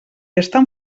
estan